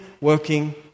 working